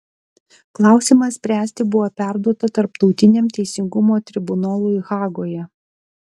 klausimą spręsti buvo perduota tarptautiniam teisingumo tribunolui hagoje